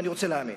ואני רוצה להאמין.